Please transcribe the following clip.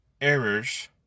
errors